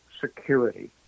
security